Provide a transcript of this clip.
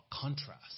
contrast